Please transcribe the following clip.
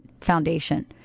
Foundation